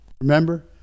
Remember